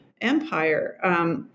empire